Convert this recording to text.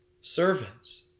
servants